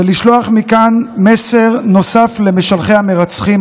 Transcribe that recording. ולשלוח מכאן מסר נוסף למשלחי הרוצחים,